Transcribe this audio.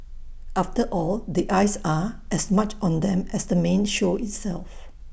after all the eyes are as much on them as the main show itself